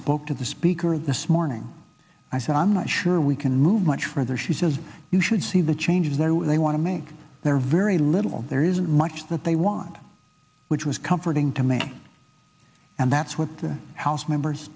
spoke to the speaker this morning i said i'm not sure we can move much further she says you should see the changes though they want to make there very little there isn't much that they want which was comforting to me and that's what the house members